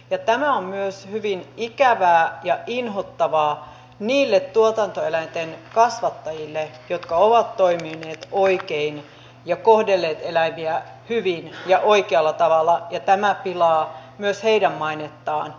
ja tämä on myös hyvin ikävää ja inhottavaa niille tuotantoeläinten kasvattajille jotka ovat toimineet oikein ja kohdelleet eläimiä hyvin ja oikealla tavalla ja tämä pilaa myös heidän mainettaan